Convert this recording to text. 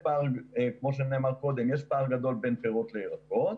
כמו שנאמר קודם, יש פער גדול בין פירות לירקות,